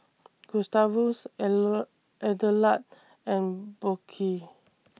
Gustavus Adelard and Burke